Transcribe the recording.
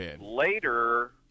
later